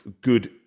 good